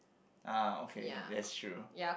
ah okay that's true